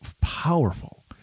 powerful